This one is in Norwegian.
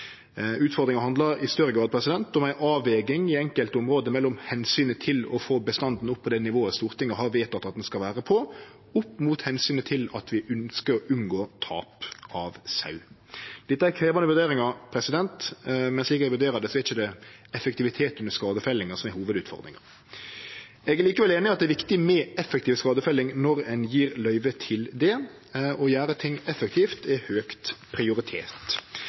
Utfordringa handlar i større grad om ei avveging i enkelte område mellom omsynet til å få bestanden opp på det nivået Stortinget har vedteke at han skal vere på, opp mot omsynet til at vi ønskjer å unngå tap av sau. Dette er krevjande vurderingar, men slik eg vurderer det, er det ikkje effektiviteten med skadefellinga som er hovudutfordringa. Eg er likevel einig i at det er viktig med effektiv skadefelling når ein gjev løyve til det. Å gjere ting effektivt er høgt prioritert.